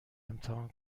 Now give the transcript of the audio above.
امتحان